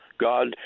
God